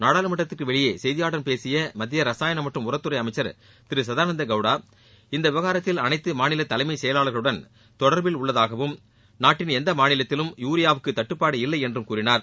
நாடாளுமன்றத்திற்கு வெளியே செய்தியாளர்களிடம் பேசிய மத்திய ரசாயனம் மற்றும் உரத்துறை அமைச்சர் திரு சதானந்த கவுடா இந்த விவகாரத்தில் அனைத்து மாநில தலைமை செயலாளர்களுடன் தொடர்பில் உள்ளதாகவும் நாட்டின் எந்த மாநிலத்திலும் யூரியாவுக்கு தட்டுப்பாடு இல்லை என்றும் கூறினார்